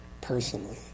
personally